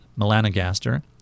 melanogaster